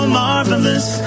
marvelous